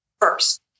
first